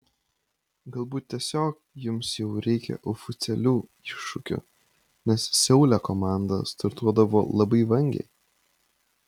galbūt tiesiog jums jau reikia oficialių iššūkių nes seule komanda startuodavo labai vangiai